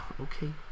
Okay